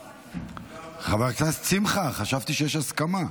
חבר הכנסת שמחה, חשבתי שיש הסכמה.